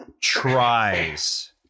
tries